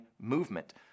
movement